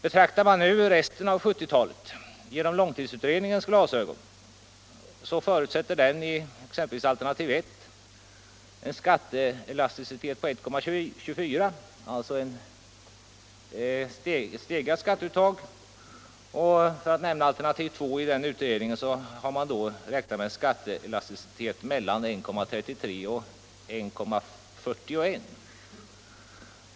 Betraktar man resten av 1970-talet genom långtidsutredningens glasögon så förutsätter den i alternativ 1 en skatteelasticitet på 1,24, alltså ett stegrat skatteuttag och i alternativ 2 en skatteelasticitet mellan 1,33 och 1,41.